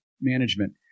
management